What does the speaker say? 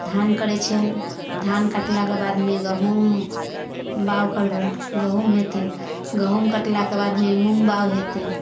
धान करै छियनि धान कटलाके बादमे गहूॅंम बाग करबनि गहूॅंम हेतनि गहूॅंम कटलाके बादमे मूॅंग बाग हेतै